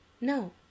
no